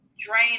drain